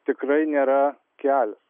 tikrai nėra kelias